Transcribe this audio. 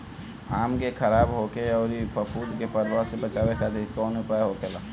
आम के खराब होखे अउर फफूद के प्रभाव से बचावे खातिर कउन उपाय होखेला?